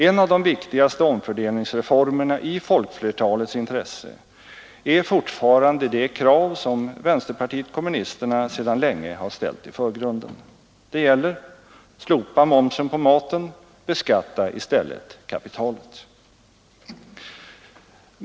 En av de viktigaste omfördelningsreformerna i folkflertalets intresse är fortfarande det krav som vänsterpartiet kommunisterna sedan länge har ställt i förgrunden. Det gäller: slopa momsen på maten — beskatta i stället kapitalet.